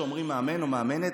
כשאומרים מאמן או מאמנת,